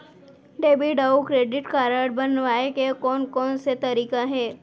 Debit अऊ credit card बनवाए के कोन कोन से तरीका हे?